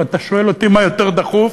אם אתה שואל אותי מה יותר דחוף,